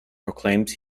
proclaims